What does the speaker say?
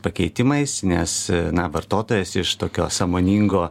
pakeitimais nes na vartotojas iš tokio sąmoningo